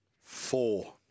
Four